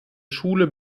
schule